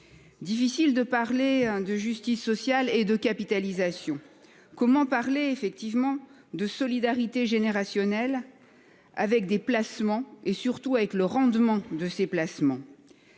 Difficile de parler de justice sociale et de capitalisation. Comment parler de solidarité générationnelle avec des placements, surtout au vu de leurs rendements ?